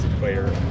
player